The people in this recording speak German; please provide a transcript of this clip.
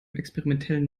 experimentellen